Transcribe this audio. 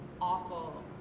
awful